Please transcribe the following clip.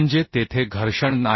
म्हणजे तेथे घर्षण नाही